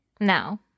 no